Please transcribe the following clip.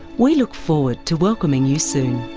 we look forward to welcoming you soon.